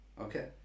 Okay